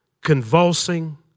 convulsing